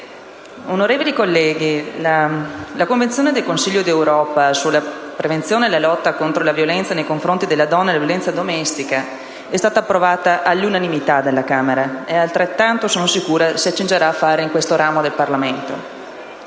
onorevoli colleghi, la Convenzione del Consiglio d'Europa sulla prevenzione e la lotta contro la violenza nei confronti delle donne e la violenza domestica è stata approvata all'unanimità dalla Camera dei deputati, e altrettanto sono sicura si accingerà a fare questo ramo del Parlamento.